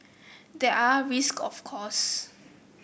there are risk of course